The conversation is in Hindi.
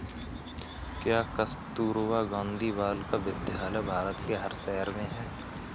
क्या कस्तूरबा गांधी बालिका विद्यालय भारत के हर शहर में है?